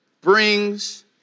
brings